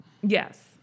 Yes